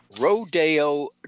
Rodeo